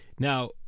Now